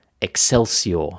excelsior